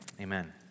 amen